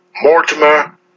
Mortimer